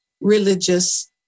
religious